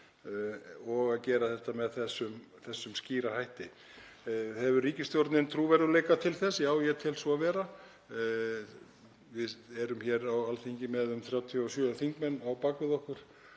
og gera þetta með þessum skýra hætti. Hefur ríkisstjórnin trúverðugleika til þess? Já, ég tel svo vera. Við erum hér á Alþingi með um 37 þingmenn á bak við okkur